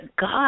God